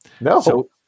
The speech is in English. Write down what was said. No